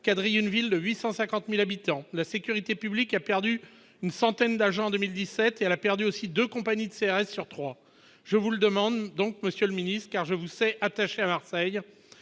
quadrillent une ville de 850000 habitants, la sécurité publique a perdu une centaine d'agents en 2017 et à l'a perdu aussi 2 compagnies de CRS sur 3, je vous le demande donc, Monsieur le Ministre, car je vous s'est attaché à Marseille,